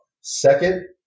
second